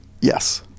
Yes